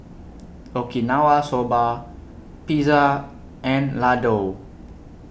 Okinawa Soba Pizza and Ladoo